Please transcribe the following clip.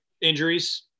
injuries